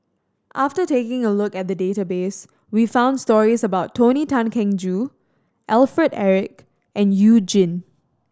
after taking a look at database we found stories about Tony Tan Keng Joo Alfred Eric and You Jin